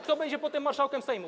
Kto będzie potem marszałkiem Sejmu?